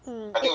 mm